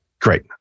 Great